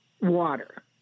water